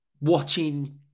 watching